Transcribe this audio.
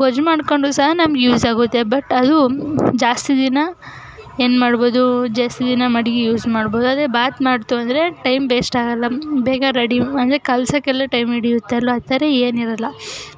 ಗೊಜ್ಜು ಮಾಡಿಕೊಂಡ್ರು ಸಹ ನಮ್ಗೆ ಯೂಸಾಗುತ್ತೆ ಬಟ್ ಅದು ಜಾಸ್ತಿ ದಿನ ಏನು ಮಾಡ್ಬೋದು ಜಾಸ್ತಿ ದಿನ ಮಡಗಿ ಯೂಸ್ ಮಾಡ್ಬೋದು ಅದೇ ಬಾತ್ ಮಾಡಿತು ಅಂದರೆ ಟೈಮ್ ವೇಸ್ಟ್ ಆಗೋಲ್ಲ ಬೇಗ ರೆಡಿ ಅಂದರೆ ಕಲ್ಸೋಕ್ಕೆಲ್ಲ ಟೈಮ್ ಹಿಡಿಯುತ್ತೆ ಅಲ್ವ ಆ ಥರ ಏನಿರೋಲ್ಲ